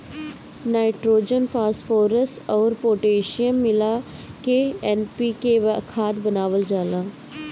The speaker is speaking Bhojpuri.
नाइट्रोजन, फॉस्फोरस अउर पोटैशियम मिला के एन.पी.के खाद बनावल जाला